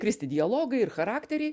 kristi dialogai ir charakteriai